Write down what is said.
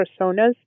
personas